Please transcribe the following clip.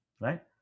right